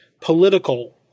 political